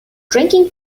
drinking